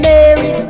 Mary